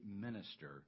minister